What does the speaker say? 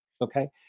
Okay